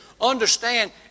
understand